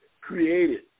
created